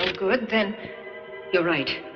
good, then you're right.